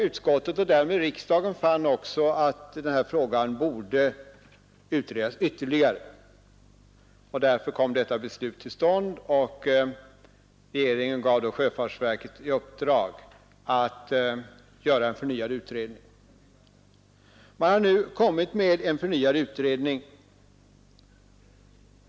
Utskottet fann också att frågan borde utredas ytterligare, och riksdagen fattade beslut därom. Regeringen gav då sjöfartsverket i uppdrag att göra en förnyad utredning. Denna utredning har nu gjorts.